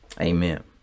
Amen